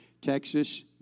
Texas